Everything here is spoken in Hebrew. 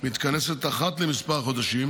מתכנסת אחת לכמה חודשים,